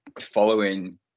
following